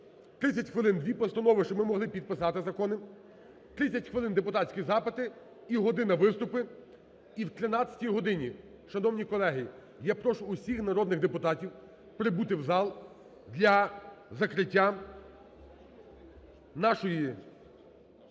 30 хвилин дві постанови, щоб ми могли підписати закони; 30 хвилин депутатські запити і година виступи. І о 13-й годині, шановні колеги, я прошу всіх народних депутатів прибути в зал для закриття нашої сесії